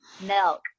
Milk